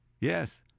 Yes